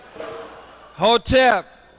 Hotep